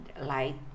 light